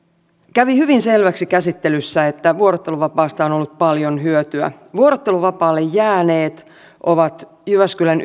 kävi hyvin selväksi käsittelyssä että vuorotteluvapaasta on ollut paljon hyötyä vuorotteluvapaalle jääneet ovat jyväskylän